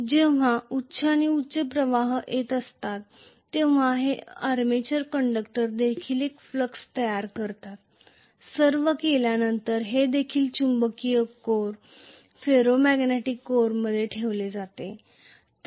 जेव्हा उच्च आणि उच्च प्रवाह येत असतात तेव्हा हे आर्मेचर कंडक्टर देखील एक फ्लक्स तयार करतात सर्व केल्यानंतर ते देखील चुंबकीय कोर फेरो मॅग्नेटिक कोरमध्ये ठेवले जातात